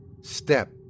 Step